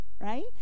right